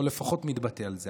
או לפחות מתבטא על זה.